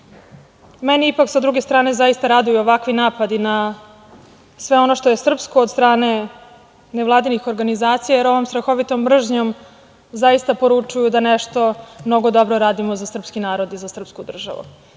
ipak, s druge strane, zaista raduju ovakvi napadi na sve ono što je srpsko od strane nevladinih organizacija, jer ovom strahovitom mržnjom zaista poručuju da nešto mnogo dobro radimo za srpski narod i za srpsku državu. Ja